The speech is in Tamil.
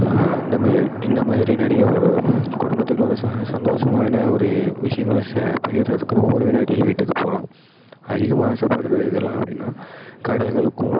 இந்த மே இந்த மாதிரி நிறைய ஒரு குடும்பத்துக்குள்ளே ஒரு ச சந்தோஷமான ஒரு விஷயங்களை ஷே பகிறதுக்குன்னு உறவினர்கள் வீட்டுக்குப் போகலாம் அதிகமாக ஆசைப்படுற இதெல்லாம் அப்படின்னா கடல்களுக்கும்